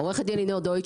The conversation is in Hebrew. עורכת דין לינור דויטש,